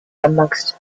amongst